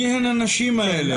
מי הן הנשים האלה?